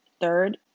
third